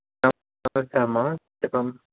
నమస్తే అమ్మ చెప్పమ్మా